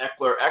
Eckler